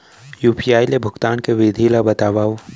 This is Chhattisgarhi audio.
यू.पी.आई ले भुगतान के विधि ला बतावव